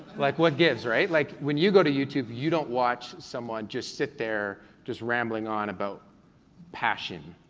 like what gives, right? like, when you go to youtube, you don't watch someone just sit there just rambling on about passion.